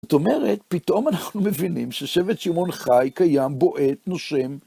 זאת אומרת, פתאום אנחנו מבינים ששבט שמעון חי קיים בועט נושם.